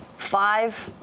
five,